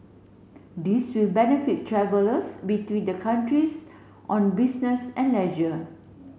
this will benefits travellers between the countries on business and leisure